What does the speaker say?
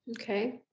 Okay